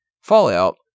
fallout